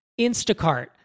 Instacart